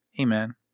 Amen